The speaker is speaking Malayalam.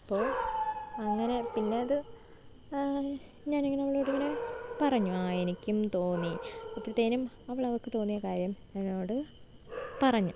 അപ്പോൾ അങ്ങനെ അത് പിന്നത് ഞാനിങ്ങനെ അവളോടിങ്ങനെ പറഞ്ഞു ആ എനിക്കും തോന്നി അപ്പോഴത്തേനും അവളവൾക്ക് തോന്നിയ കാര്യം എന്നോട് പറഞ്ഞു